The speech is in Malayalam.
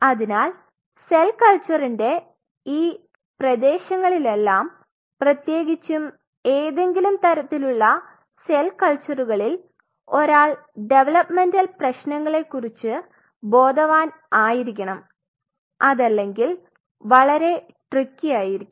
അതിനാൽ സെൽ കൾച്ചറിൻറെ ഈ പ്രദേഷങ്ങളിലെല്ലാം പ്രത്യേകിച്ചും ഏതെങ്കിലും തരത്തിലുള്ള സെൽ കൽച്ചറുകളിൽ ഒരാൾ ഡെവലൊപ്മെന്റൽ പ്രേശ്നങ്ങളെ കുറിച് ബോധവാൻ അരിക്കണം അതല്ലെങ്കിൽ വളരെ ട്രിക്കി ആയിരിക്കും